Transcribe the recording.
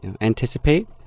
anticipate